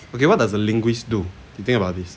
okay what does a linguist do you think about this